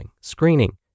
screening